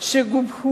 שגובהו